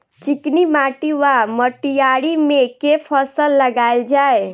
चिकनी माटि वा मटीयारी मे केँ फसल लगाएल जाए?